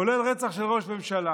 כולל רצח של ראש ממשלה,